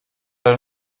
denn